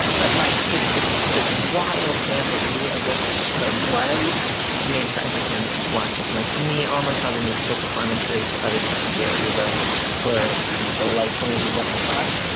but like just the the wild jamboree of what the show was made for entertaining, watching and like to me almost all the musical performances other than cynthia erivo were kind of delightfully what the fuck?